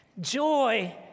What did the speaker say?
Joy